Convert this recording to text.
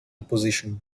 position